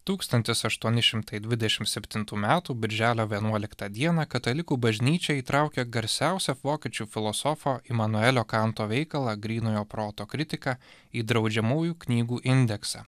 tūkstantis aštuoni šimtai dvidešim septintų metų birželio vienuoliktą dieną katalikų bažnyčia įtraukė garsiausią vokiečių filosofo imanuelio kanto veikalą grynojo proto kritiką į draudžiamųjų knygų indeksą